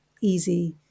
easy